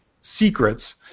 secrets